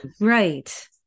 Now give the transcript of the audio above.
Right